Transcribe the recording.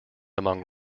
among